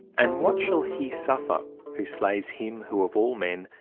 and what shall he suffer who slays him who of all men,